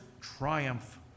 triumph